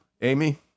Amy